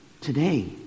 today